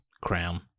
crown